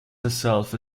herself